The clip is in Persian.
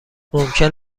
ممکن